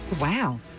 Wow